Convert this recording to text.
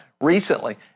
recently